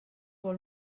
vol